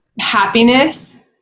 happiness